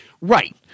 Right